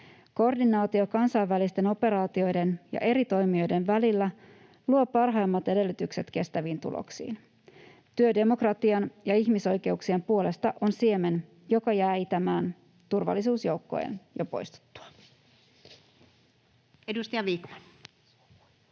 Koordinaatio kansainvälisten operaatioiden ja eri toimijoiden välillä luo parhaimmat edellytykset kestäviin tuloksiin. Työ demokratian ja ihmisoikeuksien puolesta on siemen, joka jää itämään turvallisuusjoukkojen jo poistuttua.